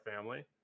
family